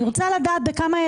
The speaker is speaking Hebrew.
19,000